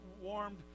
warmed